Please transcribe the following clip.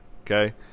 okay